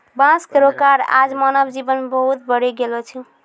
बांस केरो कार्य आज मानव जीवन मे बहुत बढ़ी गेलो छै